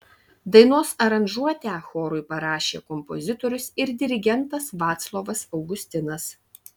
dainos aranžuotę chorui parašė kompozitorius ir dirigentas vaclovas augustinas